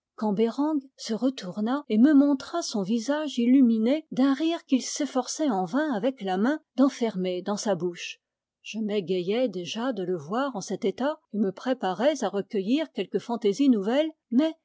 se retourna et me montra son visage illuminé d'un rire qu'il s'efforçait en vain avec la main d'enfermer dans sa bouche je m'égayais déjà de le voir en cet état et me préparais à recueillir quelque fantaisie nouvelle mais